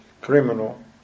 criminal